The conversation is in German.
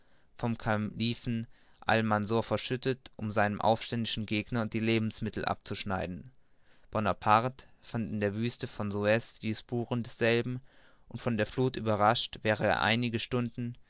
vom kalifen almansor verschüttet um seinem aufständigen gegner die lebensmittel abzuschneiden bonaparte fand in der wüste von suez die spuren desselben und von der fluth überrascht wäre er einige stunden